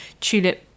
Tulip